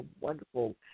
wonderful